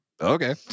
okay